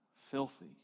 filthy